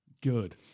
Good